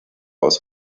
aus